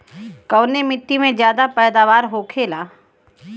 कवने मिट्टी में ज्यादा पैदावार होखेला?